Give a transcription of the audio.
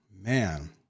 man